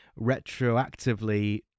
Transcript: retroactively